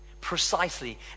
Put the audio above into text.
precisely